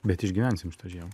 bet išgyvensim šitą žiemą